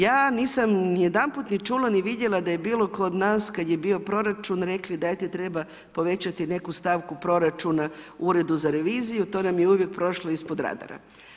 Ja nisam nijedanput ni čula, ni vidjela da je bilo tko od nas kada je bio proračun rekli dajte treba povećati neku stavku proračuna Uredu za reviziju, to nam je uvijek prošlo ispod radara.